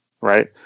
right